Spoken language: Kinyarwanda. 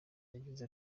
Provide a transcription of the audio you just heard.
yagize